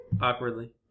Awkwardly